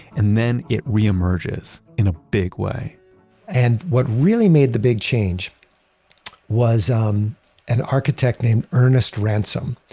and then it reemerges in a big way and what really made the big change was um an architect named ernest ransome.